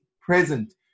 present